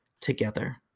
together